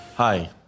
Hi